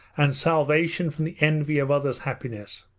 and salvation from the envy of others' happiness